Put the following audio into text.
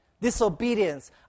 disobedience